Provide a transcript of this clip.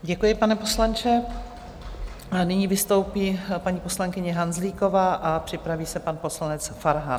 Děkuji, pane poslanče, a nyní vystoupí paní poslankyně Hanzlíková a připraví se pan poslanec Farhan.